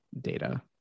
data